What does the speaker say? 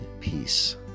peace